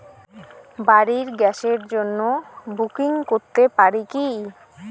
বাড়ির গ্যাসের জন্য বুকিং করতে পারি কি?